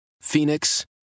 Phoenix